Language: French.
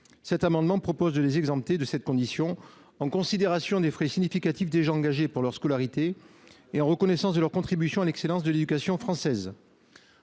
Cet amendement vise à les en exempter, en considération des frais significatifs qu’ils ont déjà engagés pour leur scolarité et en reconnaissance de leur contribution à l’excellence de l’éducation française.